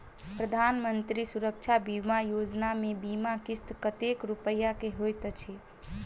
प्रधानमंत्री सुरक्षा बीमा योजना मे बीमा किस्त कतेक रूपया केँ होइत अछि?